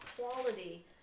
quality